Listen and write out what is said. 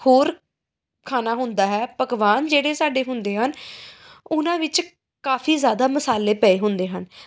ਹੋਰ ਖਾਣਾ ਹੁੰਦਾ ਹੈ ਪਕਵਾਨ ਜਿਹੜੇ ਸਾਡੇ ਹੁੰਦੇ ਹਨ ਉਹਨਾਂ ਵਿੱਚ ਕਾਫੀ ਜ਼ਿਆਦਾ ਮਸਾਲੇ ਪਏ ਹੁੰਦੇ ਹਨ